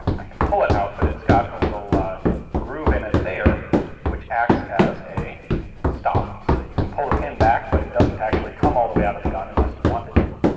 i can pull it out but it's got a little ah groove in it there which acts as a stop so that you can pull the pin back, but it doesn't actually come all the way out of the gun unless you want it to.